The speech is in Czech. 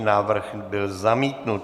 Návrh byl zamítnut.